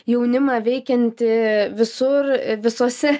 jaunimą veikiantį visur visose